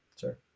Sure